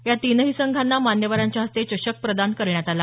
या तिनही संघांना मान्यवरांच्या हस्ते चषक प्रदान करण्यात आला